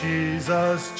Jesus